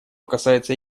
касается